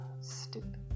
stupid